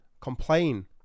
complain